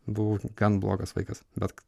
buvau gan blogas vaikas bet